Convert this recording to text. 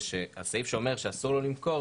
זה שהסעיף שאומר שאסור לו למכור,